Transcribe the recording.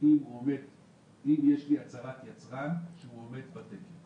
אם יש לי הצהרת יצרן שהיא עומדת בתקן.